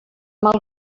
mal